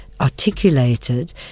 articulated